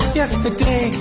yesterday